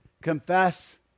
confess